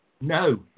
No